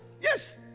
yes